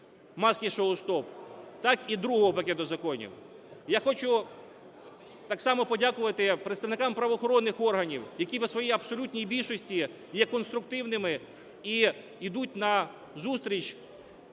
"Маски-шоу стоп", так і другого пакету законів. Я хочу так само подякувати представникам правоохоронних органів, які по своїй абсолютній більшості є конструктивними і йдуть назустріч